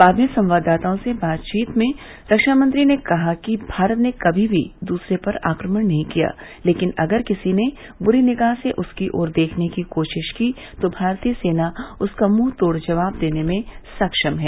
बाद में संवाददाताओं से बातचीत में रक्षामंत्री ने कहा कि भारत ने कभी भी दूसरे पर आक्रमण नहीं किया लेकिन अगर किसी ने बुरी निगाह से उसकी ओर देखने की कोशिश की तो भारतीय सेना उसका मुंहतोड़ जवाब देने में सक्षम है